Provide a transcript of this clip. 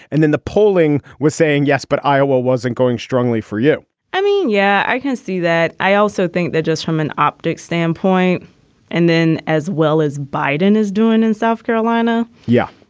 and then the polling was saying, yes, but iowa wasn't going strongly for you i mean, yeah, i can see that i also think that just from an optics standpoint and then as well as biden is doing in south carolina. yeah,